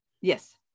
Yes